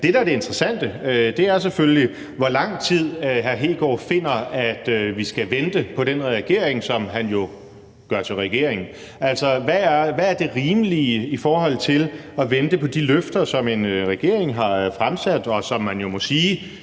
det interessante, er selvfølgelig, hvor lang tid hr. Kristian Hegaard finder, at vi skal vente på den regering, som han jo gør til regering. Altså, hvad er det rimelige i forhold til at vente på de løfter, som en regering har fremsat, og som man jo må sige